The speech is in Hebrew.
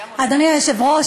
אדוני היושב-ראש,